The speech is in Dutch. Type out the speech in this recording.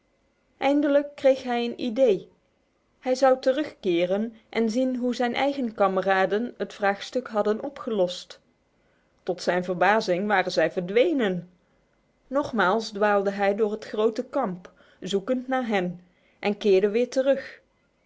eindelijk kreeg hij een idee hij zou terugkeren en zien hoe zijn eigen kameraden het vraagstuk hadden opgelost tot zijn verbazing waren zij verdwenen nogmaals dwaalde hij door het grote kamp zoekend naar hen en keerde weer terug